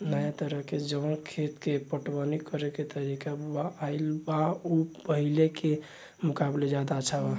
नाया तरह के जवन खेत के पटवनी करेके तरीका आईल बा उ पाहिले के मुकाबले ज्यादा अच्छा बा